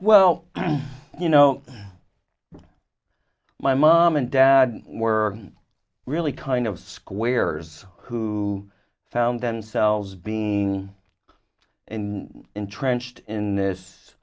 well you know my mom and dad were really kind of squares who found themselves being and entrenched in this